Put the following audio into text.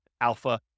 alpha